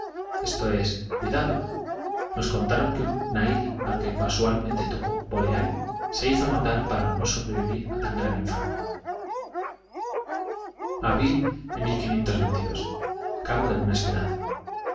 esto es cmdado nos contaron que un nairi al que casualmente tocó un poleai se hizo matar para no sobrevivir a tan gran infamia abril cabo de buena esperanza